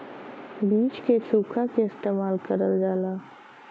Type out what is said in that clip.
बीज के सुखा के इस्तेमाल करल जाला